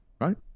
right